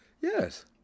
Yes